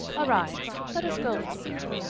arise, let us go from here.